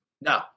No